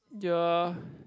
ya